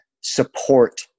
support